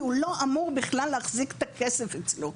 הוא לא אמור בכלל להחזיק את הכסף אצלו,